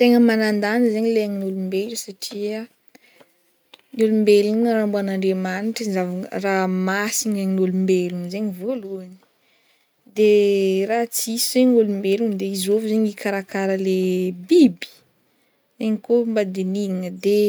Tegna manan-danja zegny le ain'olombelo satria ny olombelogna raha namboarin'Andriamanitra zava- raha masiny ain'olombelogno zegny vôlohany de raha tsisy zegny olombelogno de izôvy zegny hikarakara le biby? Igny koa mba dinihigna de